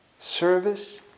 service